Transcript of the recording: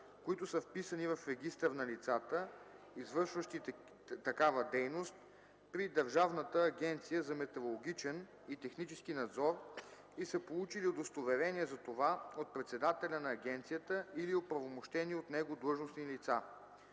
които са вписани в регистър на лицата, извършващи такава дейност при Държавната агенция за метрологичен и технически надзор и са получили удостоверение за това от председателя на агенцията или оправомощени от него длъжностни лица.